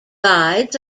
guides